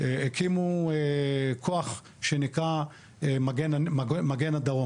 הקימו כוח שנקרא "מגן הדרום".